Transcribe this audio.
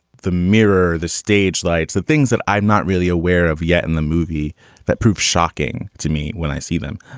the mirror. the stage lights. the things that i'm not really aware of yet in the movie that prove shocking to me when i see them.